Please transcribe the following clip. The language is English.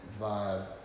vibe